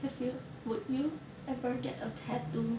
have you would you ever get a tattoo